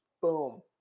Boom